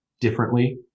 differently